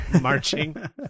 marching